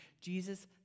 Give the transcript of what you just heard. Jesus